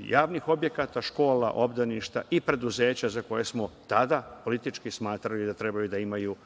javnih objekata, škola, obdaništa i preduzeća za koje smo tada politički smatrali da treba da imaju